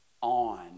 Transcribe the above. on